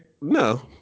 No